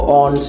on